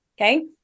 Okay